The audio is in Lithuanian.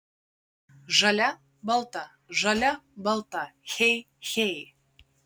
žalia balta žalia balta hey hey